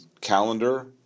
calendar